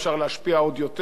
דרך ערוץ-2,